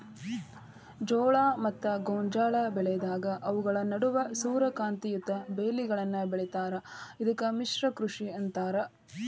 ಜೋಳ ಮತ್ತ ಗೋಂಜಾಳ ಬೆಳೆದಾಗ ಅವುಗಳ ನಡುವ ಸೂರ್ಯಕಾಂತಿಯಂತ ಬೇಲಿಗಳನ್ನು ಬೆಳೇತಾರ ಇದಕ್ಕ ಮಿಶ್ರ ಕೃಷಿ ಅಂತಾರ